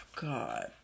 god